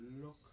look